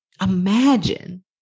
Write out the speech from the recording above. Imagine